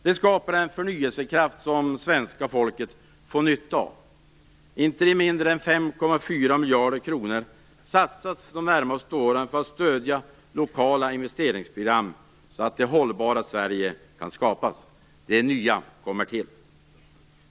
Det skapar en förnyelsekraft som svenska folket får nytta av. Inte mindre än 5,4 miljarder kronor satsas de närmaste åren för att stödja lokala investeringsprogram, så att det hållbara Sverige kan skapas. Det nya kommer till.